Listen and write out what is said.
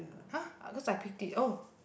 !huh! cause I picked it oh